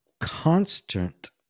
constant